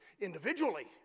Individually